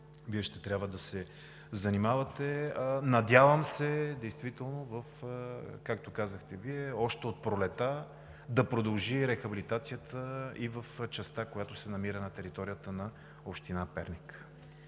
Вие ще трябва да се занимавате. Надявам се, действително, както казахте Вие, още от пролетта да продължи рехабилитацията и в частта, която се намира на територията на община Перник.